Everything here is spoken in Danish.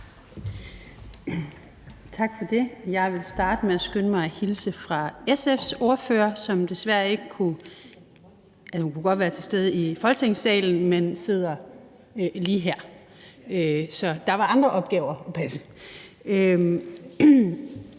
Tak for det. Jeg vil starte med at skynde mig at hilse fra SF's ordfører, som desværre ikke kunne, eller hun kunne godt være til stede i Folketingssalen, men sidder lige her i formandsstolen. Så der var andre opgaver at passe.